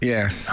Yes